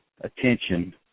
attention